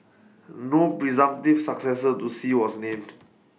no presumptive successor to Xi was named